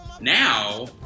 now